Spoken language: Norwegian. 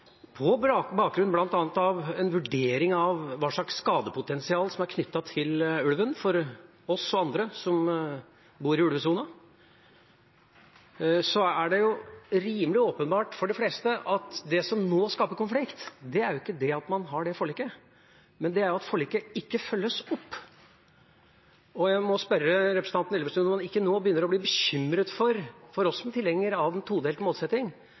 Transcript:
på bakgrunn av bl.a. en vurdering av hvilket skadepotensial det er, som er knyttet til ulven, for oss og andre som bor i ulvesonen – det er rimelig åpenbart for at det som nå skaper konflikt, er ikke det at man har det forliket, men at forliket ikke følges opp. Jeg må spørre representanten Elvestuen om han nå ikke begynner å bli bekymret for – med tanke på oss som er tilhengere av en todelt målsetting